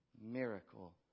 miracle